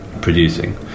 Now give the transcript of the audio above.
producing